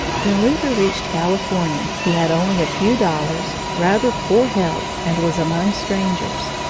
when luther reached california, he had only a few dollars, rather poor health, and was among strangers.